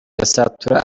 gasatura